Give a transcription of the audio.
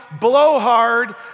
blowhard